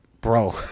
Bro